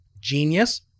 genius